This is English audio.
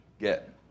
get